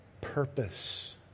purpose